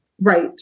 Right